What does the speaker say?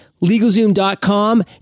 LegalZoom.com